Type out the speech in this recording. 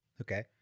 Okay